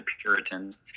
Puritans